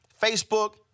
Facebook